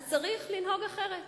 אז צריך לנהוג אחרת.